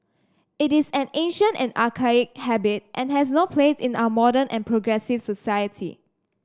it is an ancient and archaic habit and has no place in our modern and progressive society